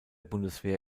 bundeswehr